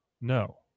No